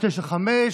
עכשיו,